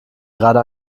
gerade